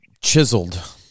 chiseled